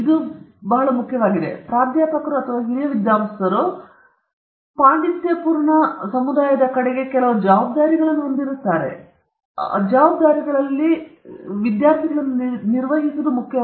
ಇದು ಮತ್ತೊಮ್ಮೆ ಬಹಳ ಮುಖ್ಯವಾಗಿದೆ ಏಕೆಂದರೆ ಪ್ರಾಧ್ಯಾಪಕರು ಅಥವಾ ಹಿರಿಯ ವಿದ್ವಾಂಸರು ಸಂಶೋಧಕರು ಪಾಂಡಿತ್ಯಪೂರ್ಣ ಸಮುದಾಯದ ಕಡೆಗೆ ಕೆಲವು ಜವಾಬ್ದಾರಿಗಳನ್ನು ಹೊಂದಿರುತ್ತಾರೆ ಮತ್ತು ಅಂತಹ ಜವಾಬ್ದಾರಿಗಳಲ್ಲಿ ಒಬ್ಬರು ಒಬ್ಬರ ವಿದ್ಯಾರ್ಥಿಗಳು ಕಡೆಗೆ ಇರುತ್ತಾರೆ